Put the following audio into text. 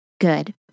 good